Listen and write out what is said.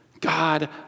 God